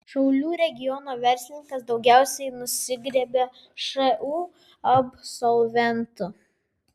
šiaulių regiono verslininkai daugiausiai nusigriebia šu absolventų